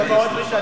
זה מאוד משנה.